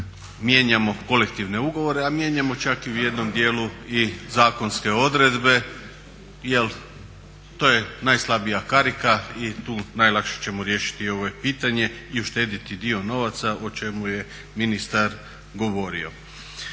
mijenjamo kolektivne ugovore, a mijenjamo čak i u jednom dijelu i zakonske odredbe jer to je najslabija karika i tu najlakše ćemo riješiti ovo pitanje i uštedjeti dio novaca o čemu je ministar govorio.